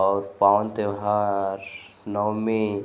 और पावन त्योहार नवमी